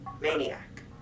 Maniac